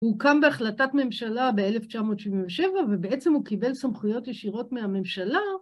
הוא קם בהחלטת ממשלה ב-1977 ובעצם הוא קיבל סמכויות ישירות מהממשלה.